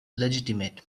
legitimate